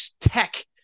Tech